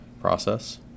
process